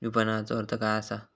विपणनचो अर्थ काय असा?